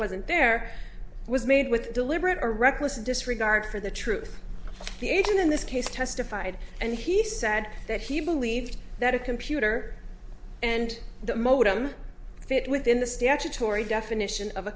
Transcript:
wasn't there was made with deliberate or reckless disregard for the truth the agent in this case testified and he said that he believed that a computer and the modem fit within the statutory definition of a